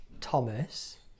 Thomas